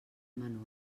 menor